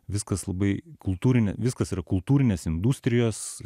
viskas labai kultūrinė viskas ir kultūrinės industrijos